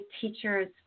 teachers